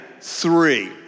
three